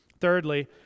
Thirdly